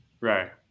Right